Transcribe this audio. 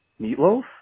Meatloaf